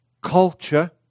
culture